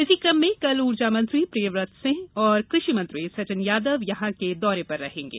इसी क्रम में कल ऊर्जा मंत्री प्रियव्रत सिंह और कृषि मंत्री सचिन यादव यहां के दौरे पर रहेगें